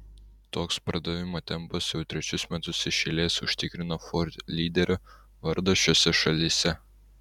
toks pardavimo tempas jau trečius metus iš eilės užtikrina ford lyderio vardą šiose šalyse